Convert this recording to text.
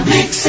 Mix